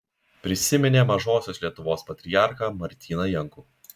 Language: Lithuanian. prisiminė mažosios lietuvos patriarchą martyną jankų